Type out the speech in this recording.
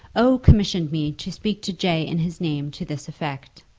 o. commissioned me to speak to j. in his name to this effect.